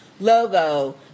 logo